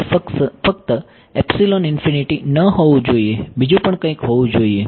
તે ફક્ત ન હોવું જોઈએ બીજું પણ કંઇક હોવું જોઈએ